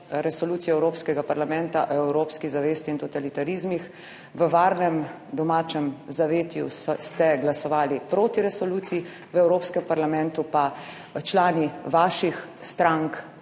resolucijo Evropskega parlamenta o evropski zavesti in totalitarizmih. V varnem domačem zavetju ste glasovali proti resoluciji. V Evropskem parlamentu pa člani vaših strank